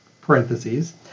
parentheses